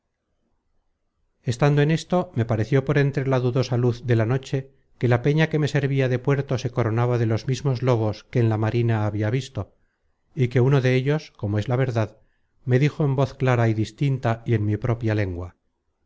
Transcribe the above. estando en esto me pareció por entre la dudosa luz de la noche que la peña que me servia de puerto se coronaba de los mismos lobos que en la marina habia visto y que uno de ellos como es la verdad me dijo en voz clara y distinta y en mi propia lengua